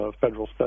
federal